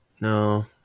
No